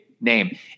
name